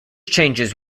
changes